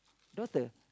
daughter